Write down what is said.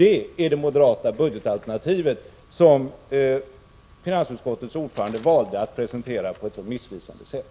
Det är det moderata budgetalternativet, som finansutskottets ordförande valde att presentera på ett så missvisande sätt.